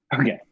okay